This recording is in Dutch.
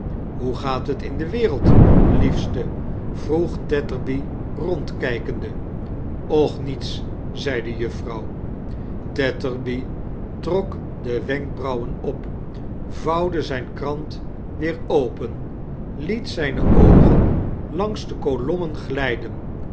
hoe gaat t in de wereld liefste vroeg tetterby rondkijkende och niets zei de juffrouw tetterby trok de wenkbrauwen op r vouwde zijne krant weer open liet zijne oogen langs de kolommen glijden